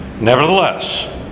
Nevertheless